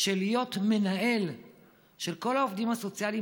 שכדי להיות מנהל של כל העובדים הסוציאליים